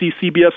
CBS